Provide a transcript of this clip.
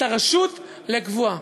את הרשות לקבועה.